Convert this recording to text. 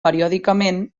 periòdicament